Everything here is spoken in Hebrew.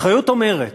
אחריות אומרת